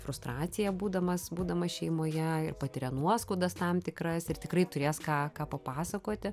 frustraciją būdamas būdamas šeimoje ir patiria nuoskaudas tam tikras ir tikrai turės ką ką papasakoti